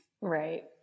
Right